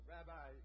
Rabbi